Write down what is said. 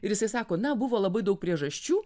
ir jisai sako na buvo labai daug priežasčių